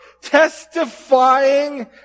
testifying